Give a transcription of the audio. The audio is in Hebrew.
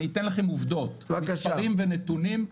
אני אתן לכם עובדות, מספרים ונתונים.